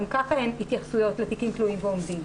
גם כך אין התייחסויות לתיקים תלויים ועומדים.